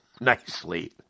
nicely